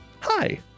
Hi